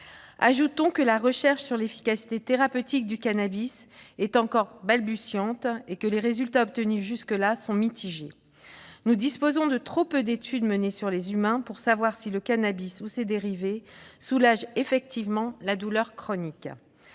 Ajoutons que la recherche sur son efficacité thérapeutique est encore balbutiante, et les résultats obtenus jusqu'à présent mitigés. Nous disposons de trop peu d'études menées sur les humains pour savoir si le cannabis ou ses dérivés soulagent effectivement la douleur chronique.